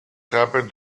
happen